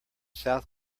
south